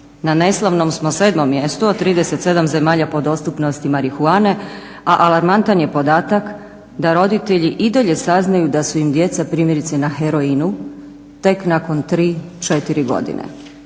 Na neslavnom smo 7 mjestu od 37 zemalja po dostupnosti marihuane, a alarmantan je podatak da roditelji i dalje saznaju da su im djeca primjerice na heroinu tek nakon 3, 4 godine.